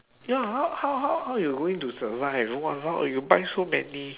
ya how how how how you going to survive !walao! eh you buy so many